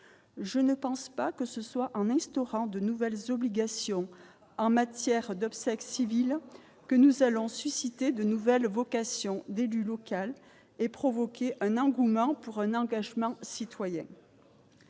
je ne pense pas que ce soit en instaurant de nouvelles obligations en matière d'obsèques civiles que nous allons susciter de nouvelles vocations d'élu local et provoqué un engouement pour un engagement citoyen.